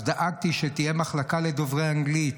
אז דאגתי שתהיה מחלקה לדוברי אנגלית,